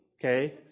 okay